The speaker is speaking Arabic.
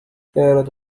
كانت